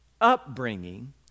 upbringing